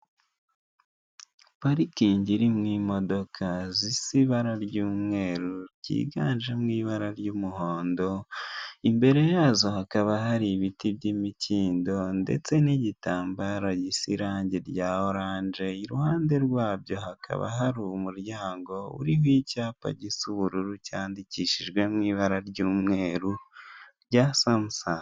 Parikingi irimo imodoka zisa ibara ry'umweru ryiganjemo ibara ry'umuhondo, imbere yazo hakaba hari ibiti by'imikindo ndetse n'igitambaro gisa irange rya oranje. I ruhande rwabyo hakaba hari umuryango urimo icyapa gisa ubururu cyandikishijwe mo ibara ry'umweru rya samusanga.